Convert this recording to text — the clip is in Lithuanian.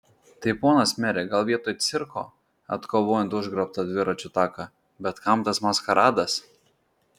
tai ponas mere gal vietoj cirko atkovojant užgrobtą dviračių taką bet kam tas maskaradas